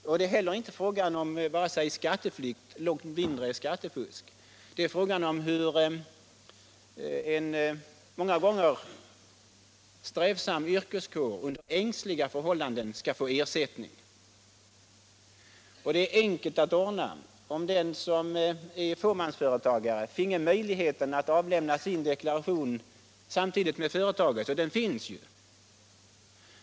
Det är inte heller fråga om skatteflykt eller långt mindre skattefusk utan om hur en många gånger strävsam yrkeskår under ängsliga förhållanden skall få ersättning. Det är enkelt att ordna om den som är fåmansföretagare finge möjlighet att avlämna sin deklaration samtidigt med företaget.